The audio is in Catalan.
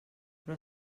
però